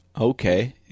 Okay